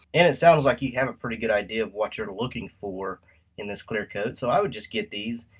and it sounds like you have a pretty good idea of what you're looking for in this clearcoat. so i would just get these,